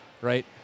right